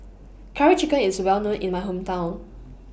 Curry Chicken IS Well known in My Hometown